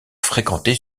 fréquenté